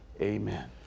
Amen